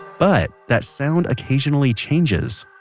but that sound occasionally changes